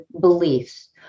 beliefs